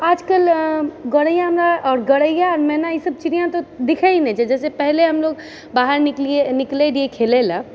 आजकल गोरैयामे आओर गोरैया मैना ई सब चिड़िया तऽ देखाइ ही नहि छै जैसे पहिले हमलोग बाहर निकलै रहियै खेलय लऽ